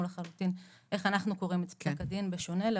לחלוטין איך אנחנו קוראים את פסק הדין בשונה,